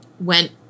went